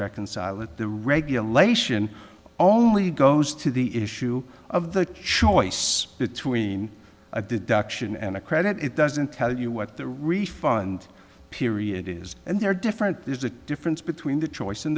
reconcile it the regulation only goes to the issue of the sure between a deduction and a credit it doesn't tell you what the refund period is and there are different there's a difference between the choice